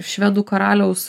švedų karaliaus